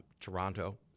Toronto